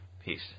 Peace